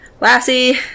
Lassie